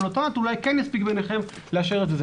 אבל אותו נתון אולי כן יספיק בעיניכם לאשר את זה.